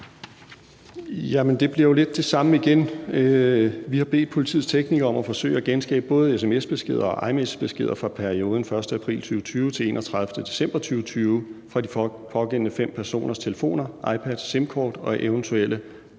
det bliver jo lidt det samme igen. Vi har bedt politiets teknikere om at forsøge at genskabe både sms-beskeder og iMessagebeskeder for perioden fra den 1. april 2020 til den 31. december 2020 fra de pågældende fem personers telefoner, iPads, sim-kort og eventuelle